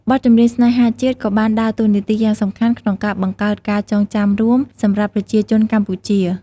បទចម្រៀងស្នេហាជាតិក៏បានដើរតួនាទីយ៉ាងសំខាន់ក្នុងការ បង្កើតការចងចាំរួម សម្រាប់ប្រជាជនកម្ពុជា។